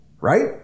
Right